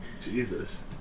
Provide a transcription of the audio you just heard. Jesus